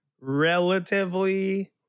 relatively